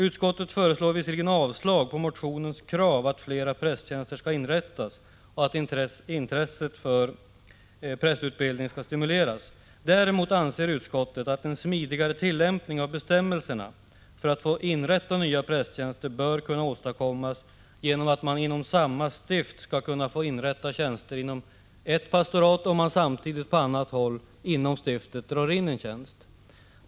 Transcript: Utskottet föreslår visserligen avslag på motionens krav att flera prästtjänster skall inrättas och att intresset för prästutbildning skall stimuleras, men utskottet anför som sin mening att en smidigare tillämpning av bestämmelserna för att få inrätta nya prästtjänster bör kunna åstadkommas genom att man inom samma stift får inrätta en tjänst inom ett pastorat om man samtidigt drar in en tjänst på annat håll inom stiftet.